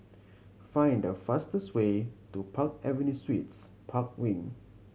find the fastest way to Park Avenue Suites Park Wing